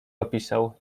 opisał